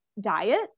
diet